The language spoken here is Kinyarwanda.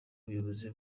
ubuyobozi